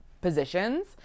positions